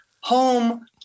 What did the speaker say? home